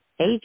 age